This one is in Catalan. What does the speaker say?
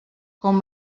com